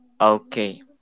okay